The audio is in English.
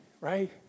Right